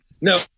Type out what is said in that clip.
No